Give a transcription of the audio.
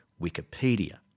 Wikipedia